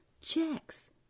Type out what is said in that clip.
checks